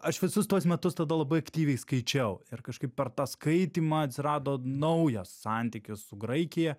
aš visus tuos metus tada labai aktyviai skaičiau ir kažkaip per tą skaitymą atsirado naujas santykis su graikija